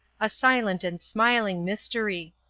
a silent and smiling mystery.